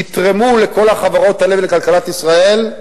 יתרמו לכל החברות האלה ולכלכלת ישראל,